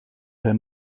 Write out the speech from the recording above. their